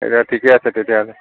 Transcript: ঠিকে আছে তেতিয়াহ'লে